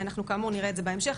אנחנו כאמור נראה את זה בהמשך.